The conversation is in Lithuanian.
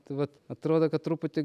tai vat atrodo kad truputį